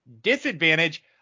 disadvantage